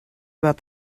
about